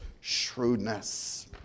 shrewdness